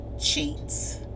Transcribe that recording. cheats